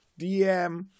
DM